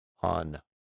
on